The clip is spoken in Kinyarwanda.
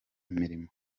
imirimo